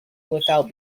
without